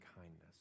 kindness